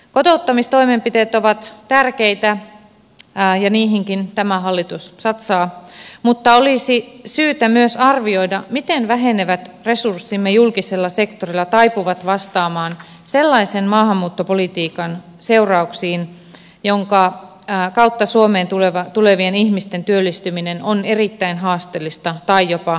kotouttamistoimenpiteet ovat tärkeitä ja niihinkin tämä hallitus satsaa mutta olisi syytä myös arvioida miten vähenevät resurssimme julkisella sektorilla taipuvat vastaamaan sellaisen maahanmuuttopolitiikan seurauksiin jonka kautta suomeen tulevien ihmisten työllistyminen on erittäin haasteellista tai jopa epätodennäköistä